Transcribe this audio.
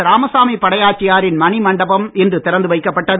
ராமசாமிப் படையாச்சி யாரின் மணி மண்டபம் இன்று திறந்து வைக்கப் பட்டது